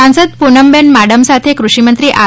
સાંસદ પુનમેન માડમ સાથે ફ્ટષિમંત્રી આર